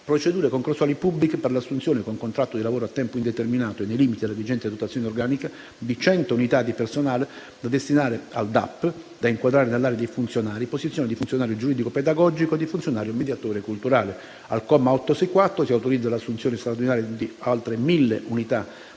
procedure concorsuali pubbliche per l'assunzione, con contratto di lavoro a tempo indeterminato e nei limiti della vigente dotazione organica, di 100 unità di personale da destinare al Dipartimento dell'amministrazione penitenziaria, Area dei funzionari, posizione di funzionario giuridico-pedagogico e di funzionario mediatore culturale; all'articolo 1, comma 864, si autorizza l'assunzione straordinaria di un